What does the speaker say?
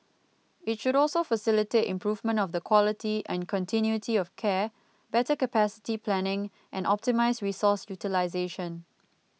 it should also facilitate improvement of the quality and continuity of care better capacity planning and optimise resource utilisation